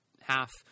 half